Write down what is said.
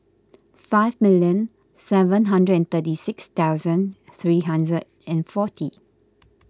five million seven hundred and thirty six thousand three hundred and forty